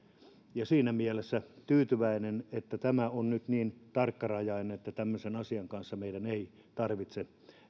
siinä mielessä olen tyytyväinen että tämä on nyt niin tarkkarajainen että tämmöisen asian kanssa meidän ei tarvitse